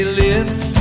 lips